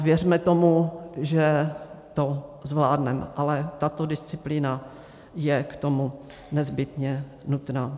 Věřme tomu, že to zvládneme, ale tato disciplína je k tomu nezbytně nutná.